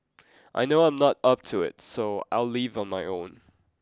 I know I'm not up to it so I will leave on my own